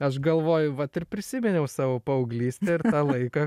aš galvoju vat ir prisiminiau savo paauglystę ir tą laiką